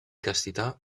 castità